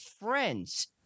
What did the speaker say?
friends